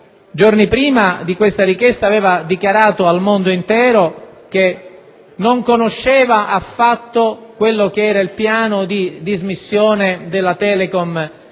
giorno prima di questa richiesta aveva dichiarato al mondo intero di non conoscere affatto il piano di dismissione della Telecom